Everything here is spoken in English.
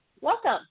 welcome